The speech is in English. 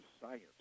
science